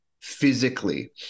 physically